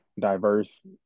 diverse